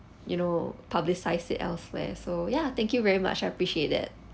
you know publicize it elsewhere so ya thank you very much I appreciate that